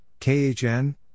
KHN